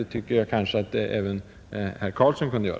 Det tycker jag att även herr Karlsson kunde göra,